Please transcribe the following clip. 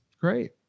Great